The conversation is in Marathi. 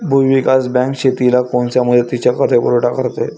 भूविकास बँक शेतीला कोनच्या मुदतीचा कर्जपुरवठा करते?